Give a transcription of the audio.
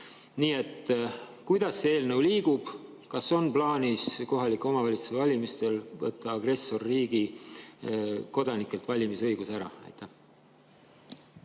Nii et kuidas see eelnõu liigub, kas on plaanis kohalike omavalitsuste valimistel võtta agressorriigi kodanikelt valimisõigus ära? Aitäh,